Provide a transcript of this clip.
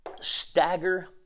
Stagger